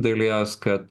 dalies kad